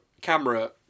camera